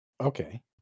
Okay